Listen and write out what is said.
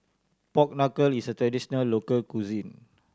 pork knuckle is a traditional local cuisine